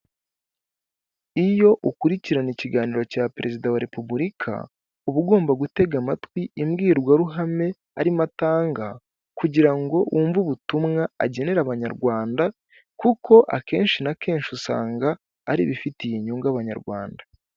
Iyo ukurikirana ikiganiro cya perezida wa repubulika, uba ugomba gutega amatwi imbwirwaruhame arimo atanga, kugira ngo wumve ubutumwa agenera Abanyarwanda, kuko akenshi na kenshi usanga ari ibifitiye inyungu Abanyarwanda.